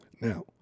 Now